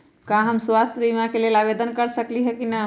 का हम स्वास्थ्य बीमा के लेल आवेदन कर सकली ह की न?